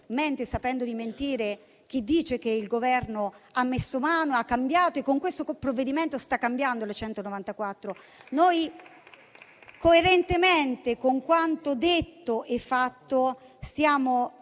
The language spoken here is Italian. sapendo di mentire, chi dice che il Governo ha messo mano, ha cambiato e con questo provvedimento sta cambiando la legge n. 194. Noi, coerentemente con quanto detto e fatto, stiamo